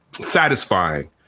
satisfying